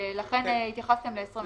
לכן התייחסתם ל-24 מיליון נוסעים?